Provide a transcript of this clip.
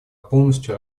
полностью